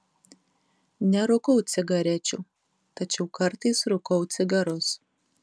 nerūkau cigarečių tačiau kartais rūkau cigarus